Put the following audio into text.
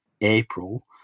April